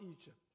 Egypt